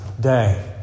day